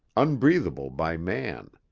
unbreathable by man,